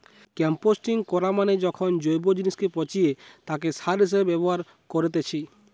composting করা মানে যখন জৈব জিনিসকে পচিয়ে তাকে সার হিসেবে ব্যবহার করেতিছে